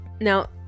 Now